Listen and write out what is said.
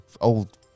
old